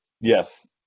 Yes